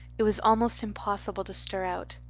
it was almost impossible to stir out.